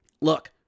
Look